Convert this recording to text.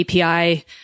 API